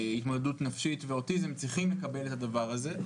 התמודדות נפשית ואוטיזם, צריכים לקבל את הדבר הזה.